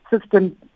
system